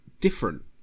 Different